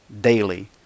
daily